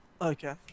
Okay